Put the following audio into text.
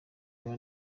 nka